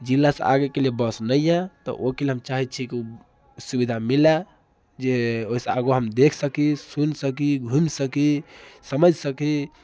जिलासँ आगेके लिए बस नहि यऽ तऽ ओहिके लेल हम चाहैत छी कि सुविधा मिलै जे ओहिसँ आगो हम देखि सकी सुनि सकी घुमि सकी समझि सकी